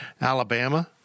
Alabama